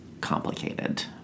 complicated